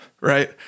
right